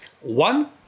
One